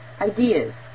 ideas